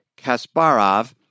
Kasparov